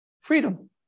freedom